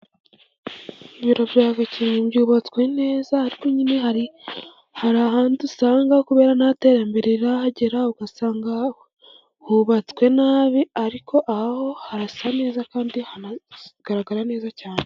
Ibiro bya Gskenke byubatswe neza, ariko nyine hari ahandi usanga kubera nta terambere rirahagera ugasanga hubatswe nabi, ariko aha ho harasa neza kandi hanagaragara neza cyane.